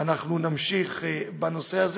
אנחנו נמשיך בזה,